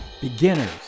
Beginners